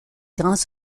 grands